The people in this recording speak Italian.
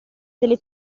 delle